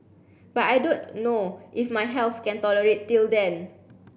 but I don't know if my health can tolerate till then